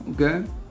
Okay